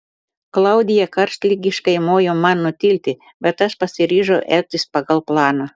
klaudija karštligiškai mojo man nutilti bet aš pasiryžau elgtis pagal planą